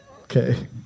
Okay